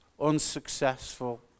unsuccessful